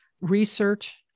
research